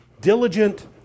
diligent